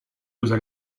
usa